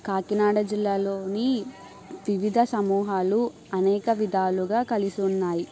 కాకినాడ జిల్లాలోని వివిధ సమూహాలు అనేక విధాలుగా కలిసున్నాయి